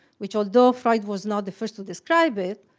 which although freud was not the first to describe it,